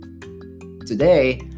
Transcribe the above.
Today